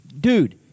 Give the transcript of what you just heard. dude